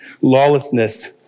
lawlessness